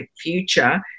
future